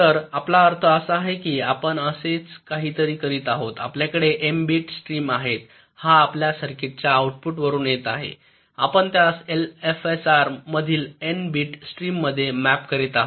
तर आपला अर्थ असा आहे की आपण असेच काहीतरी करीत आहोत आपल्याकडे एम बिट स्ट्रीम आहे हा आपल्या सर्किटच्या आऊटपुटवरून येत आहे आपण त्यास एलएफएसआर मधील एन बिट स्ट्रीम मध्ये मॅप करीत आहे